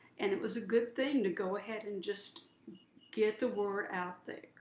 and it was a good thing to go ahead and just get the word out there.